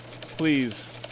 please